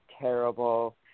terrible